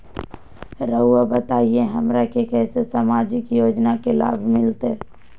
रहुआ बताइए हमरा के कैसे सामाजिक योजना का लाभ मिलते?